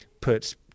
put